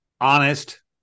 honest